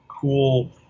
cool